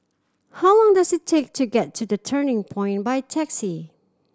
how long does it take to get to The Turning Point by taxi